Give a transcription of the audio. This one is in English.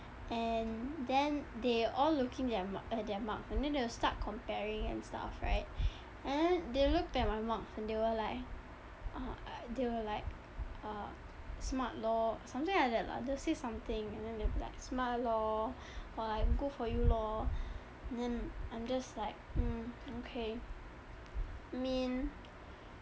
and then they all looking at their marks and then they will start comparing and stuff right and then they looked at my marks and they were like uh they were like uh smart lor something like that lah they will say something and then they'll be like smart lor or like good for you lor and then I'm just like mm okay mean